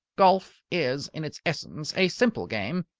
golf is in its essence a simple game.